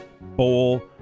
bowl